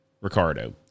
Ricardo